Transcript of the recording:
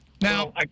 now